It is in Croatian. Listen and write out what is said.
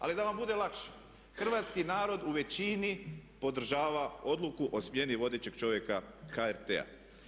Ali da vam bude lakše, hrvatski narod u većini podržava odluku o smjeni vodećeg čovjeka HRT-a.